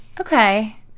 Okay